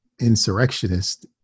insurrectionist